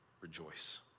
rejoice